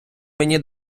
мені